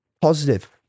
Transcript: positive